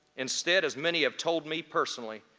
instead, as many have told me personally,